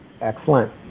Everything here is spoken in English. Excellent